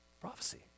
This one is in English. Prophecy